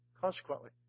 Consequently